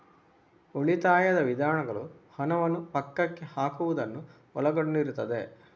ಉಳಿತಾಯದ ವಿಧಾನಗಳು ಹಣವನ್ನು ಪಕ್ಕಕ್ಕೆ ಹಾಕುವುದನ್ನು ಒಳಗೊಂಡಿರುತ್ತದೆ